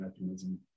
mechanism